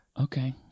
Okay